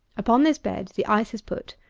upon this bed the ice is put,